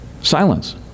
Silence